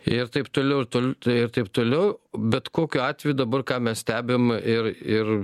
ir taip toliau ir tun ir taip toliau bet kokiu atveju dabar ką mes stebim ir ir